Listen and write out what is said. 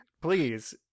Please